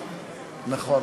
59), התשע"ו 2016, נתקבל.